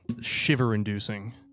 shiver-inducing